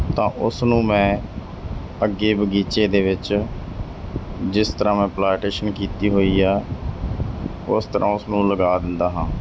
ਤਾਂ ਉਸ ਨੂੰ ਮੈਂ ਅੱਗੇ ਬਗੀਚੇ ਦੇ ਵਿੱਚ ਜਿਸ ਤਰ੍ਹਾਂ ਮੈਂ ਪਲਾਟੇਸ਼ਨ ਕੀਤੀ ਹੋਈ ਆ ਉਸ ਤਰ੍ਹਾਂ ਉਸਨੂੰ ਲਗਾ ਦਿੰਦਾ ਹਾਂ